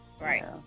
right